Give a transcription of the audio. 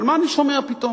אבל מה אני שומע פתאום?